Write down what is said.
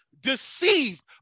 deceived